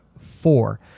four